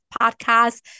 podcast